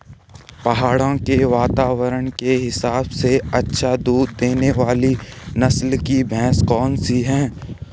पहाड़ों के वातावरण के हिसाब से अच्छा दूध देने वाली नस्ल की भैंस कौन सी हैं?